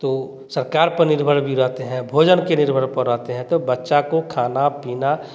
तो सरकार पर निर्भर भी रहते हैं भोजन के निर्भर पर रहते हैं तो बच्चा को खाना पीना